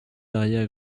arrière